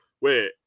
Wait